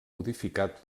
modificat